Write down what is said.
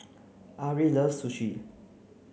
Ari loves Sushi